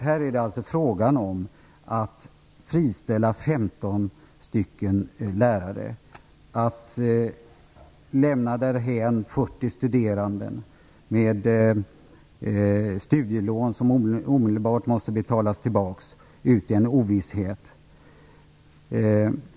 Här är det alltså fråga om att friställa 15 lärare och om att lämna därhän 40 studerande med studielån som omedelbart måste betalas tillbaka - att lämna dem i ovisshet.